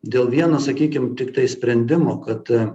dėl vieno sakykim tiktai sprendimo kad